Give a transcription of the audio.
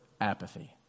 apathy